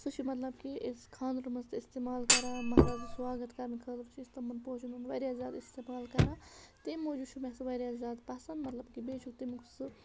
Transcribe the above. سُہ چھُ مطلب کہِ أسۍ خاندرن مَنٛز تہِ اِستعمال کَران مَہرازس سواگَت کَرنہٕ خٲطرٕ چھِ أسۍ تِمَن پوشَن ہُنٛد واریاہ زیادٕ استعمال کَران تَمہِ موٗجوٗب چھُ مےٚ سُہ واریاہ زیادٕ پَسنٛد مطلب کہِ بیٚیہِ چھُ تَمیُک سُہ